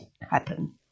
happen